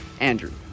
Andrew